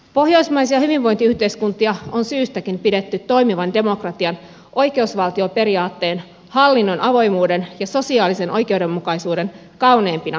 pohjoismaisia hyvinvointiyhteiskuntia on syystäkin pidetty toimivan demokratian oikeusvaltioperiaatteen hallinnon avoimuuden ja sosiaalisen oikeudenmukaisuuden kauneimpina hedelminä